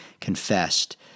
confessed